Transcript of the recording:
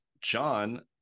John